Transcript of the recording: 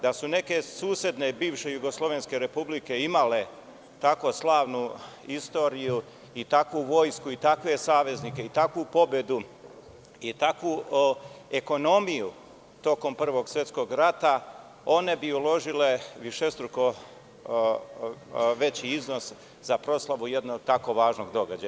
Da su neke susedne bivše jugoslovenske republike imale tako slavnu istoriju, i takvu vojsku, i takve saveznike, i takvu pobedu i ekonomiju tokom Prvog svetskog rata one bi uložile višestruko veći iznos za proslavu jednog tako važnog događana.